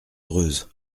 heureuse